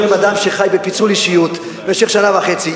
אתם מדברים עם אדם שחי בפיצול אישיות במשך שנה וחצי,